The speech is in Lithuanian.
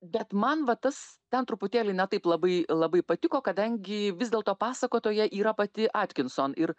bet man vat as ten truputėlį ne taip labai labai patiko kadangi vis dėlto pasakotoja yra pati atkinson ir